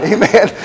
Amen